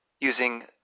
using